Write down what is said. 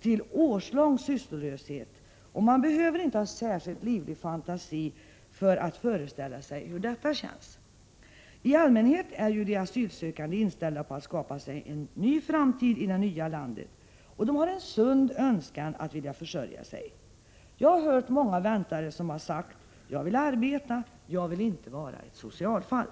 till årslång sysslolöshet, och man behöver inte ha särskilt livlig fantasi för att föreställa sig hur detta känns. I allmänhet är ju de asylsökande inställda på att skapa sig en ny framtid i det nya landet, och de har en sund önskan att försörja sig. Jag har hört många ”väntare” säga: Jag vill arbeta, jag vill inte vara ett socialfall.